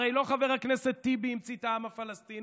הרי לא חבר הכנסת טיבי המציא את העם הפלסטיני